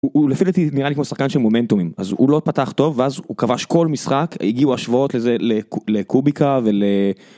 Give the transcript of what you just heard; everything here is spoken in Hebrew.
אולפנטי נראה לי כמו שחקן של מומנטומים אז הוא לא פתח טוב ואז הוא כבש כל משחק הגיעו השבועות לזה לקוביקה ול.